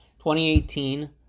2018